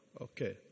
Okay